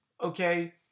okay